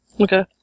Okay